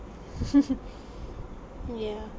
yeah